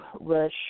Rush